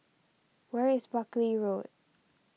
where is Buckley Road